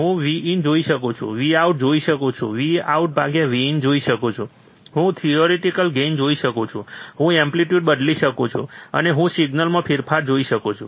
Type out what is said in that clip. હું Vin જોઈ શકું છું હું Vout જોઈ શકું છું હું VoutVin જોઈ શકું છું હું થિયોરિટીકલ ગેઇન જોઈ શકું છું હું એમ્પ્લીટયુડ બદલી શકું છું અને હું સિગનલ માં ફેરફાર જોઈ શકું છું